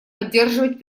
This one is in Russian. поддерживать